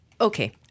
okay